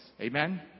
Amen